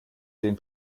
den